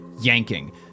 yanking